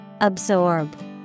Absorb